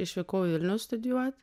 išvykau į vilnių studijuot